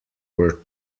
were